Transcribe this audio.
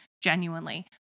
genuinely